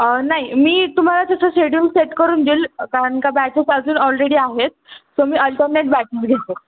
नाही मी तुम्हाला त्याचं शेड्युल सेट करून दिलं कारण का बॅचेस अजून ऑलरेडी आहेत सो मी अल्टरनेट बॅचेस घेते